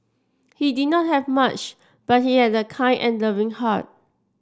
he did not have much but he had a kind and loving heart